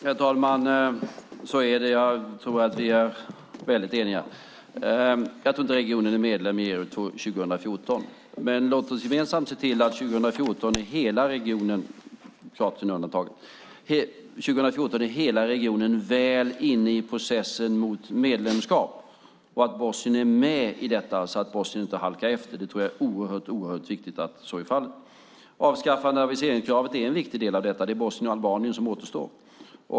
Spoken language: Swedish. Herr talman! Så är det. Jag tror att vi är väldigt eniga. Jag tror inte att regionen är medlem i EU 2014, men låt oss gemensamt se till att hela regionen, Kroatien undantaget, år 2014 är väl inne i processen mot medlemskap och att Bosnien är med i detta och inte halkar efter. Jag tror att det är oerhört viktigt att så är fallet. Avskaffande av viseringskravet är en viktig del av detta. Det är Bosnien och Albanien som återstår.